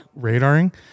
radaring